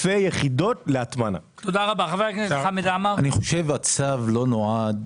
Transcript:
אני חושב שהצו לא נועד